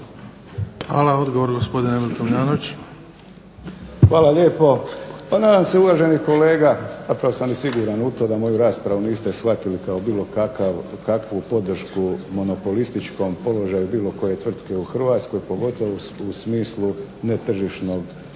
Hvala. Odgovor gospodin Emil Tomljanović. **Tomljanović, Emil (HDZ)** Hvala lijepo. Pa nadam se uvaženi kolega, zapravo sam i siguran u to da moju raspravu niste shvatili kao bilo kakvu podršku monopolističkom položaju bilo koje tvrtke u Hrvatskoj pogotovo u smislu netržišnog